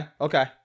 Okay